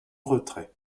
retrait